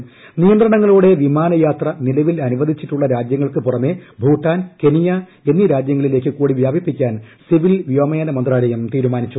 നൽകിയിട്ടുളള നിയന്ത്രണങ്ങളോടെ വിമാനയാത്ര നിലവിൽ അനുവദിച്ചിട്ടുള്ള രാജ്യങ്ങൾക്കു പുറമേ ഭൂട്ടാൻ കെനിയ എന്നീ രാജൃങ്ങളിലേക്ക് കൂടി വ്യാപിപ്പിക്കാൻ സിവിൽ വ്യോമയാന മന്ത്രാലയം തീരുമാനിച്ചു